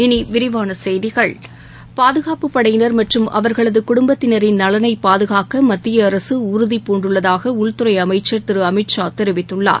இனி விரிவான செய்திகள் பாதுகாப்புப் படையினர் மற்றும் அவர்களது குடும்பத்தினரின் நலனைப் பாதுகாக்க மத்திய அரசு உறுதிபூண்டுள்ளதாக உள்துறை அமைச்சர் திரு அமித் ஷா தெரிவித்துள்ளார்